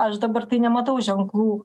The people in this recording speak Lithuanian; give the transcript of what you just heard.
aš dabar tai nematau ženklų